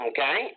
Okay